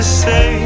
say